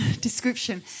description